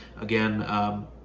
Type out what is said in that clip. Again